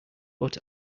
but